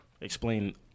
explain